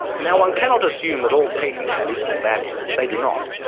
now one cannot assume that all patents have equal value. they do not.